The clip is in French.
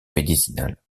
médicinale